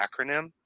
acronym